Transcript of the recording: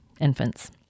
infants